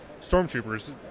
stormtroopers